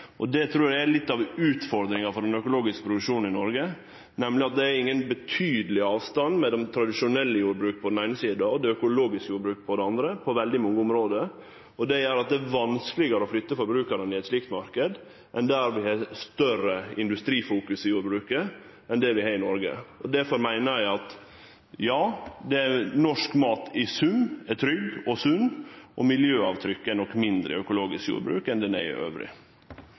trur eg er litt av utfordringa for den økologiske produksjonen i Noreg, nemleg at det ikkje er nokon betydeleg avstand mellom det tradisjonelle jordbruket på den eine sida og det økologiske jordbruket på den andre, på veldig mange område. Det gjer at det er vanskelegare å flytte forbrukarane i ein slik marknad enn der dei har større industrifokusering i jordbruket enn det vi har i Noreg. Difor meiner eg at norsk mat i sum er trygg og sunn, og miljøavtrykket er nok mindre i økologisk jordbruk enn det er